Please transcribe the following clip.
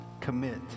commit